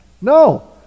No